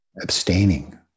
abstaining